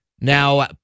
now